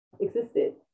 existed